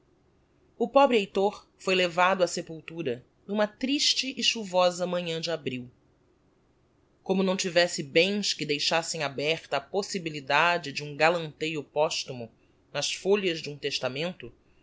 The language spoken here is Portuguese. o pobre heitor foi levado á sepultura n'uma triste e chuvosa manhã de abril como não tivesse bens que deixassem aberta a possibilidade de um galanteio posthumo nas folhas d'um testamento